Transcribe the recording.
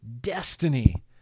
destiny